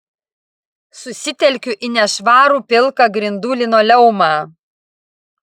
susitelkiu į nešvarų pilką grindų linoleumą